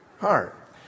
heart